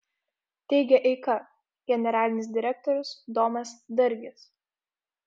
teigia eika generalinis direktorius domas dargis